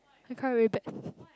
I cry very bad